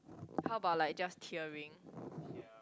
how about like just tearing